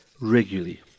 regularly